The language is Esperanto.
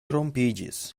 rompiĝis